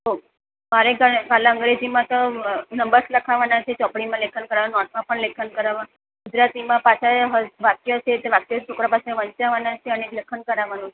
okay મારે કાલે અંગ્રેજીમાં તો નમ્બર્સ લખાવવાનાં છે ચોપડીમાં લેખન કરાવવાનું નોટમાં પણ લેખન કરાવવાનું ગુજરાતીમાં પાછા વાક્ય છે એ વાક્ય છોકરા પાસે વાંચવવાના છે અને લેખન કરાવવાનું છે